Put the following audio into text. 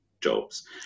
jobs